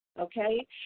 okay